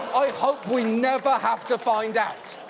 i hope we never have to find out.